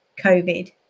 COVID